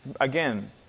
again